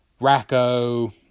Racco